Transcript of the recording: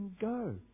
go